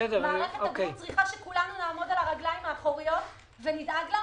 מערכת הבריאות צריכה שכולנו נעמוד על הרגליים האחוריות ונדאג לה,